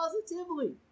positively